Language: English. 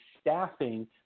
staffing